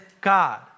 God